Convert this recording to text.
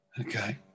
Okay